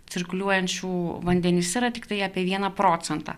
cirkuliuojančių vandenyse yra tiktai apie vieną procentą